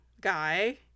guy